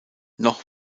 noch